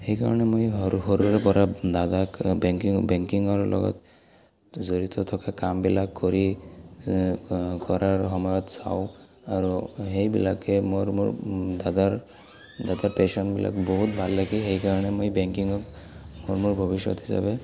সেইকাৰণে মই সৰু সৰুৰে পৰা দাদাক বেংকিং বেংকিঙৰ লগত জড়িত থকা কামবিলাক কৰি কৰাৰ সময়ত চাওঁ আৰু সেইবিলাকে মোৰ মোৰ দাদাৰ দাদাৰ পেচণ্টবিলাক বহুত ভাল লাগে সেইকাৰণে মই বেংকিঙক মোৰ মোৰ ভৱিষ্যত হিচাপে